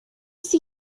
see